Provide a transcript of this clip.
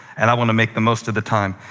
and i want to make the most of the time.